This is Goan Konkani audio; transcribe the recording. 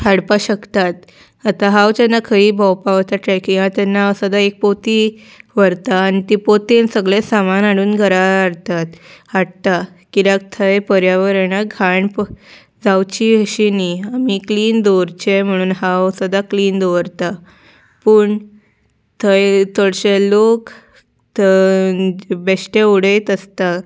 हाडपाक शकतात आतां हांव जेन्ना खंयी भोंवपाक वता ट्रेकिंगां तेन्ना हांव सदां एक पोती व्हरता आनी तेी पोतयेन सगळें सामान हाडून घरा हाडटात हाडटा कित्याक थंय पर्यावरणाक घाण जावची अशी न्हय आमी क्लीन दवरचें म्हणून हांव सदां क्लीन दवरता पूण थंय चडशे लोक थंय बेश्टे उडयत आसतात